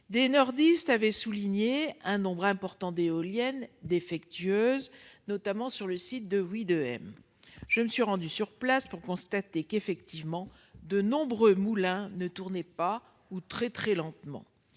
de la région ont relevé un nombre important d'éoliennes défectueuses, notamment sur le site de Widehem. Je me suis rendue sur place pour constater qu'effectivement de nombreux moulins ne tournaient pas, ou ne tournaient